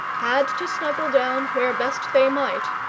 had to snuggle down where best they might,